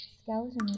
skeleton